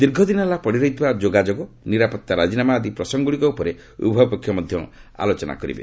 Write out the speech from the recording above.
ଦୀର୍ଘଦିନ ହେଲା ପଡ଼ିରହିଥିବା ଯୋଗାଯୋଗ ନିରାପତ୍ତା ରାଜିନାମା ଆଦି ପ୍ରସଙ୍ଗଗୁଡ଼ିକ ଉପରେ ଉଭୟ ପକ୍ଷ ମଧ୍ୟ ଆଲୋଚନା କରିବେ